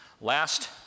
Last